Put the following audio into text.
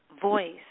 voice